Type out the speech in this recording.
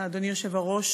אדוני היושב-ראש,